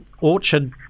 orchard